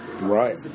Right